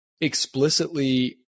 explicitly